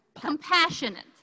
Compassionate